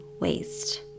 waste